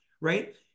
right